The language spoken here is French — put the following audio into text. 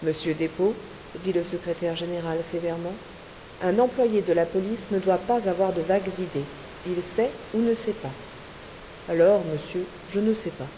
monsieur despaux dit le secrétaire général sévèrement un employé de la police ne doit pas avoir de vagues idées il sait ou ne sait pas alors monsieur je ne sais pas